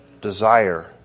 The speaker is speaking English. desire